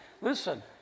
listen